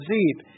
Zeb